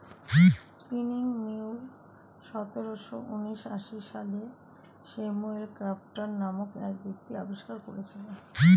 spinning mule সতেরোশো ঊনআশি সালে স্যামুয়েল ক্রম্পটন নামক এক ব্যক্তি আবিষ্কার করেছিলেন